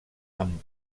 amb